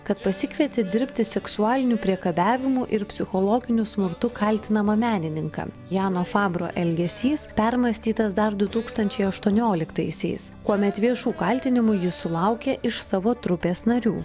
kad pasikvietė dirbti seksualiniu priekabiavimu ir psichologiniu smurtu kaltinamą menininką jano fabro elgesys permąstytas dar du tūkstančiai aštuonioliktaisiais kuomet viešų kaltinimų jis sulaukė iš savo trupės narių